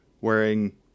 wearing